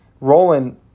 roland